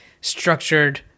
structured